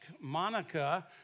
Monica